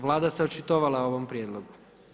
Vlada se očitovala o ovom prijedlogu.